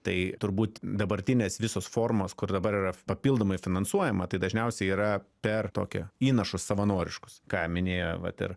tai turbūt dabartinės visos formos kur dabar yra papildomai finansuojama tai dažniausiai yra per tokią įnašus savanoriškus ką minėjo vat ir